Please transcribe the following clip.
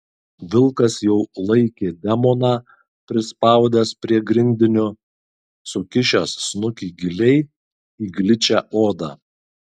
vilkas jau laikė demoną prispaudęs prie grindinio sukišęs snukį giliai į gličią odą